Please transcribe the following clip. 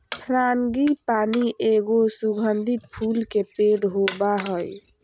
frangipani एगो सुगंधित फूल के पेड़ होबा हइ